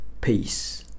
peace